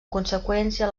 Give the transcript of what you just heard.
conseqüència